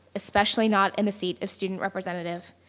especially not in the seat of student representatives.